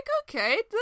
okay